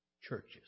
churches